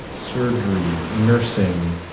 surgery, nursing